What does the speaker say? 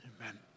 amen